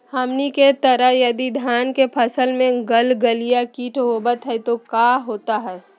हमनी के तरह यदि धान के फसल में गलगलिया किट होबत है तो क्या होता ह?